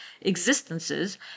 existences